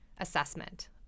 assessment